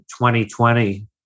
2020